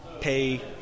pay